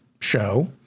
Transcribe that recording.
show